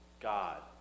God